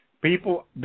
People